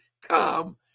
come